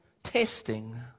Testing